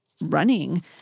running